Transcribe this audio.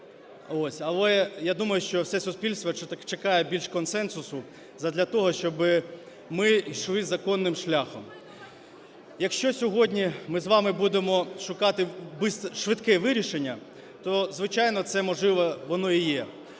Але, я думаю, що все суспільство чекає більш консенсусу задля того, щоб ми йшли законним шляхом. Якщо сьогодні ми з вами будемо шукати швидке вирішення, то, звичайно, це, можливо, воно і є.